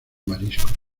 mariscos